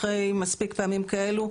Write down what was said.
אחרי מספיק פעמים כאלה,